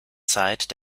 zeit